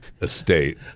estate